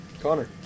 Connor